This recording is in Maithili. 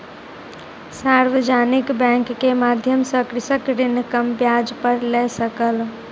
सार्वजानिक बैंक के माध्यम सॅ कृषक ऋण कम ब्याज पर लय सकल